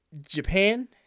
Japan